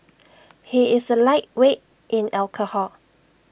he is A lightweight in alcohol